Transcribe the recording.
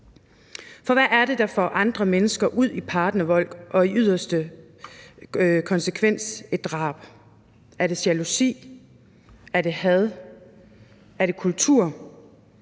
For hvad er det, der får andre mennesker ud i partnervold og i yderste konsekvens et drab? Er det jalousi? Er det had? Er det kultur?